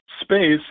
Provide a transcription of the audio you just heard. space